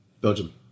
Belgium